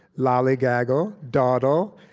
lollygaggle, dawdle,